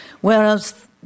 Whereas